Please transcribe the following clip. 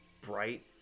bright